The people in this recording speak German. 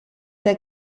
der